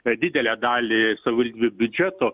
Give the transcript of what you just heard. kad didelę dalį savivaldybių biudžeto